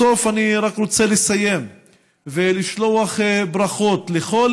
בסוף אני רק רוצה לסיים ולשלוח ברכות לכל